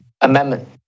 Amendment